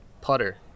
putter